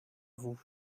vous